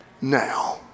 now